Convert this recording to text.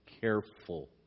careful